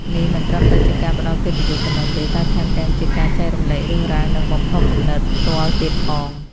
នេះមិនត្រឹមតែជាការផ្តល់កិត្តិយសប៉ុណ្ណោះទេ តែថែមទាំងជាការចែករំលែករឿងរ៉ាវ និងបំផុសគំនិតផ្ទាល់ទៀតផង។